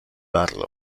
battle